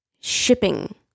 shipping